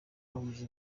bahuje